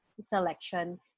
selection